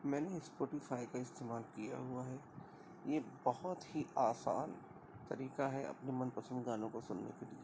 میں نے اسپوٹیفائی کا استعمال کیا ہوا ہے یہ بہت ہی آسان طریقہ ہے اپنے من پسند گانوں کو سننے کے لیے